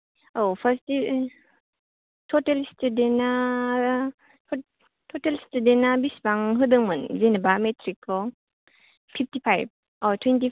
औ फार्स थथेल सुथुदेनआ थथेल सुथुदेनआ बेसिबां होदोंमोन जेनोबा मेट्रिकखौ फिबथि फाइब अ थुइनथिफाइब